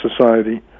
society